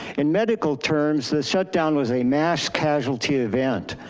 in medical terms, this shutdown was a mass casualty event.